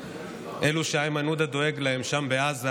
ואלו שאיימן עודה דואג להם שם בעזה